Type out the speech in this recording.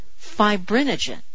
fibrinogen